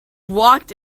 walked